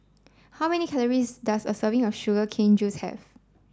how many calories does a serving of sugar cane juice have